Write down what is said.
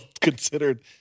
considered